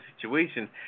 situation